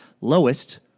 Lowest